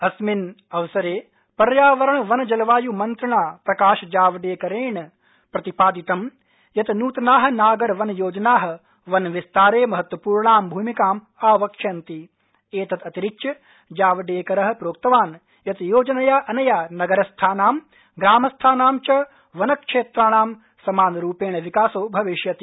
अस्मिन् अवसरे पर्यावरण वन जलवाय् मंत्रिणा प्रकाशजावडेकरेण प्रतिपादितं यत् नृतना नागर वन योजना वनविस्तारे महत्वपूर्णां भूमिकां आवक्ष्यन्ता एतदतिरिच्य जावडेकर प्रोक्तवान् यत् योजनया अनया नगरस्थानां ग्रामस्थानां च वनक्षेत्राणां समानरूपेण विकासो भविष्यति